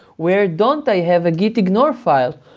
where don't i have a git ignore file?